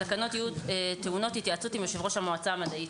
התקנות יהיו טעונות עם התייעצות המועצה המדעית.